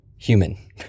human